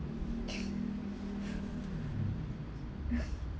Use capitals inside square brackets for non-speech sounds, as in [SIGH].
[LAUGHS]